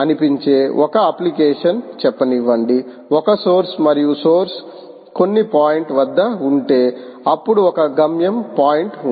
అనిపించే ఒక అప్లికేషన్ చెప్పనివ్వండి ఒక సోర్స్ మరియు సోర్స్ కొన్ని పాయింట్ వద్ద ఉంటే అప్పుడు ఒక గమ్యం పాయింట్ ఉంది